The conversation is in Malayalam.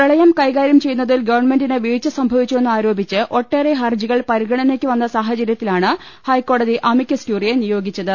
പ്രളയം കൈകാര്യം ചെയ്യുന്നതിൽ ഗവമെന്റിന് വീഴ്ച സംഭ വിച്ചുവെന്നാരോപിച്ച് ഒട്ടേറെ ഹർജികൾ പരിഗണനക്കു വന്ന സാഹചര്യത്തിലാണ് ഹൈക്കോടതി അമിക്കസ് ക്യൂറിയെ നിയോഗിച്ചത്